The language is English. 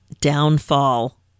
downfall